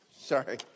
Sorry